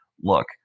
look